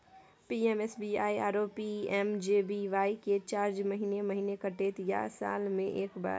PMSBY आरो PMJBY के charge महीने महीना कटते या साल म एक बेर?